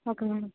okay madam